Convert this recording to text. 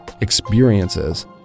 experiences